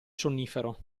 sonnifero